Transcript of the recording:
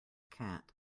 cat